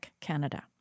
Canada